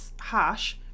harsh